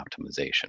optimization